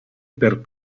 per